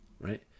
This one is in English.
right